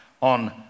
on